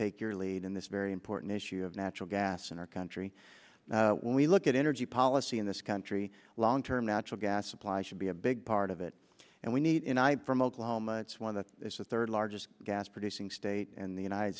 take your in this very important issue of natural gas in our country when we look at energy policy in this country long term natural gas supply should be a big part of it and we need in from oklahoma it's one of the third largest gas producing state in the united